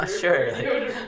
sure